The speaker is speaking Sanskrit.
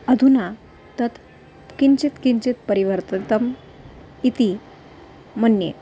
अधुना तत् किञ्चित् किञ्चित् परिवर्तितम् इति मन्ये